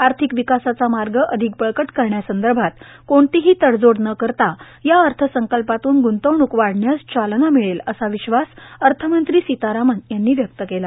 आर्थिक विकासाचा मार्ग अधिक बळकट करण्यासंदर्भात कोणतीही तडजोड न करता या अर्थसंकल्पातून गुंतवणूक वाढण्यास चालना मिळेल असा विश्वास अर्थमंत्री सीतारामन यांनी व्यक्त केला